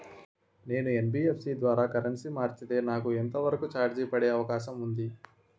నేను యన్.బి.ఎఫ్.సి ద్వారా కరెన్సీ మార్చితే నాకు ఎంత వరకు చార్జెస్ పడే అవకాశం ఉంది?